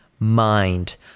mind